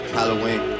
Halloween